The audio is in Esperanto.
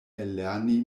ellerni